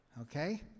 Okay